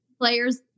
players